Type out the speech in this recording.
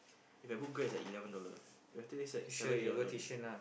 If I book Grab ah eleven dollar then after this like seven eight dollar only